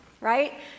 right